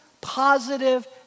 positive